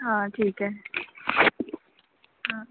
हाँ ठीक है हाँ